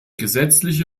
gesetzliche